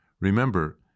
Remember